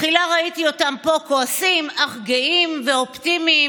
תחילה ראיתי אותם פה כועסים אך גאים ואופטימיים,